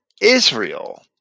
Israel